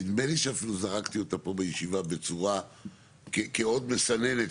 נדמה לי שאפילו זרקתי אותה פה בישיבה כעוד מסננת,